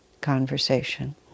conversation